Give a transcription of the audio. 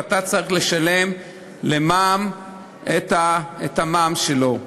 ואתה צריך לשלם למע"מ את המע"מ שלו,